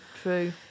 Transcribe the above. true